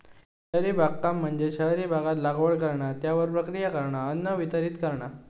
शहरी बागकाम म्हणजे शहरी भागात लागवड करणा, त्यावर प्रक्रिया करणा, अन्न वितरीत करणा